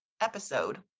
episode